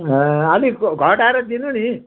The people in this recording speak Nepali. अलिक घटाएर दिनु नि